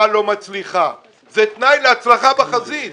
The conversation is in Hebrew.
לא מצליחה אלא זה תנאי להצלחה בחזית.